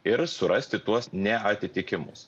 ir surasti tuos neatitikimus